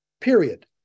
Period